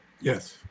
yes